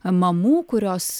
mamų kurios